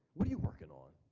what are you working on?